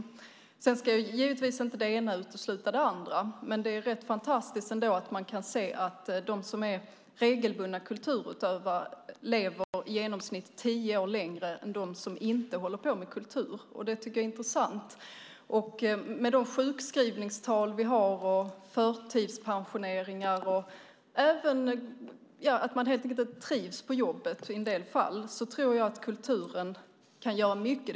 Det ena ska givetvis inte utesluta det andra, men det är ändå rätt fantastiskt att man kan se att de som är regelbundna kulturutövare lever i genomsnitt tio år längre än dem som inte håller på med kultur. Det tycker jag är intressant med de sjukskrivningstal vi har, förtidspensioneringar och att man i en del fall helt enkelt inte trivs på jobbet. Jag tror att kulturen kan göra mycket.